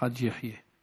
חכים חאג' יחיא.